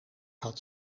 had